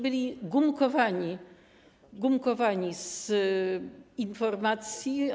Byli gumkowani, gumkowani z informacji.